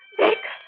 take